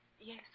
Yes